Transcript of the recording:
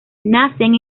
nacen